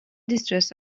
distress